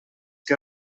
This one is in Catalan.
que